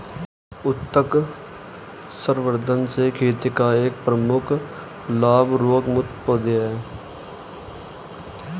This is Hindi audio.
उत्तक संवर्धन से खेती का एक प्रमुख लाभ रोगमुक्त पौधे हैं